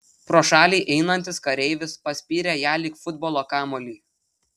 pro šalį einantis kareivis paspyrė ją lyg futbolo kamuolį